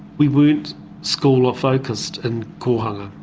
we weren't school focused in kohanga,